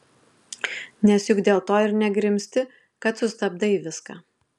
nes juk dėl to ir negrimzti kad sustabdai viską